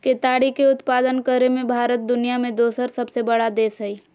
केताड़ी के उत्पादन करे मे भारत दुनिया मे दोसर सबसे बड़ा देश हय